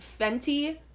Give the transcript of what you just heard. Fenty